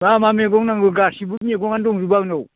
मा मा मैगं नांगौ गासिबो मैगंआनो दंजोबो आंनाव